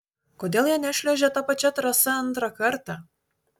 kodėl jie nešliuožė ta pačia trasa antrą kartą